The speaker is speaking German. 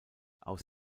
aus